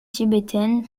tibétaine